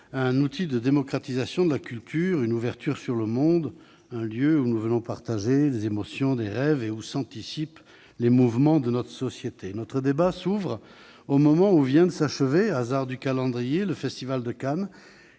un outil de démocratisation de la culture, d'ouverture sur le monde, un lieu où nous venons partager des émotions, des rêves et où s'anticipent les mouvements de notre société. Hasard du calendrier, notre débat s'ouvre au moment où vient de s'achever le Festival de Cannes,